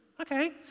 Okay